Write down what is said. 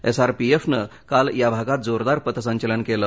S R P F नं काल या भागात जोरदार पथ संचलन केलं